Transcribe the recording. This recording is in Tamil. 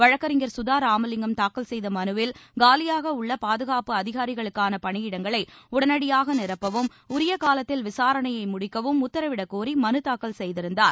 வழக்கறிஞர் சுதா ராமலிங்கம் தாக்கல் செய்த மனுவில் காலியாக உள்ள பாதுகாப்பு அதிகாரிகளுக்கான பணியிடங்களை உடனடியாக நிரப்பவும் உரிய காலத்தில் விசாரணையை முடிக்கவும் உத்தரவிடக் கோரி மனு தாக்கல் செய்திருந்தார்